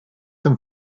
them